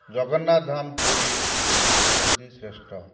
ଜଗନ୍ନାଥ ଧାମ ପୁରୀ ହେଉଛି ଶ୍ରେଷ୍ଠ